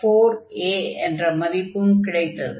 4a என்ற மதிப்பும் கிடைத்தது